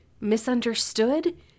misunderstood